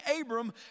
Abram